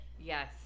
Yes